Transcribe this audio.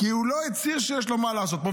כי הוא לא הצהיר שיש לו מה לעשות פה.